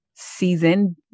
Season